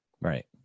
Right